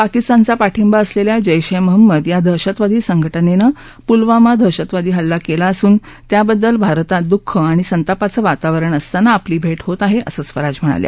पाकिस्तानचा पाठिंबा असलेल्या जैश उमहम्मद या दहशतवादी संघटनेनं पुलवामा दहशतवादी हल्ला केला असून त्याबद्दल भारतात दुःख आणि संतापाचं वातावरण असताना आपली भेट होत आहे असं स्वराज म्हणाल्या